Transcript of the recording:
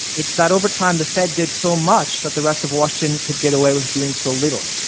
it's that over time, the fed did so much that the rest of washington could get away with doing so little.